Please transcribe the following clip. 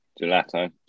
Gelato